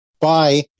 bye